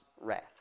wrath